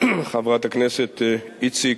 וחברת הכנסת דהיום איציק,